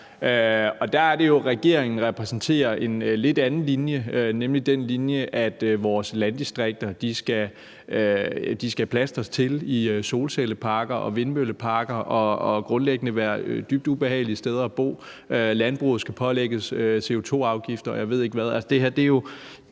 regeringen repræsenterer en lidt anden linje, nemlig at vores landdistrikter skal plastres til med solcelleparker, vindmølleparker og grundlæggende være dybt ubehagelige steder at bo; landbruget skal pålægges CO2-afgifter, og jeg ved ikke hvad.